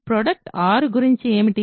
product 6 గురించి ఏమిటి